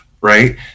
right